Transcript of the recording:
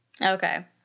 okay